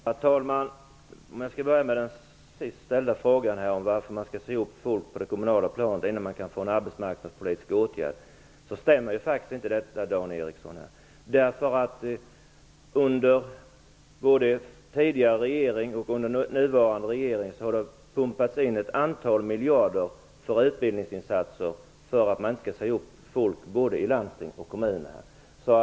Herr talman! Jag börjar med den sist ställda frågan om varför man skall behöva säga upp människor på det kommunala planet innan man kan få använda en arbetsmarknadspolitisk åtgärd. Det stämmer faktiskt inte, Dan Ericsson. Både under den tidigare regeringen och den nuvarande regeringen har det pumpats in ett antal miljarder för utbildningsinsatser så att man inte skall säga upp människor i landsting och kommuner.